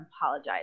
apologize